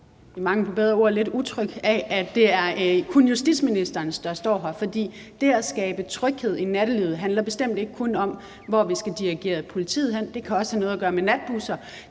mangel på bedre ord – lidt utryg ved, at det kun er justitsministeren, der står her, for det at skabe tryghed i nattelivet handler bestemt ikke kun om, hvor vi skal dirigere politiet hen; det kan også have noget at gøre med natbusser;